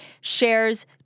shares